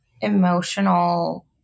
emotional